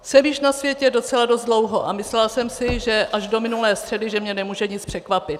Jsem již na světě docela dost dlouho a myslela jsem si až do minulé středy, že mě nemůže nic překvapit.